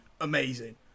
amazing